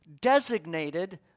designated